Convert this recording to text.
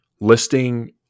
listing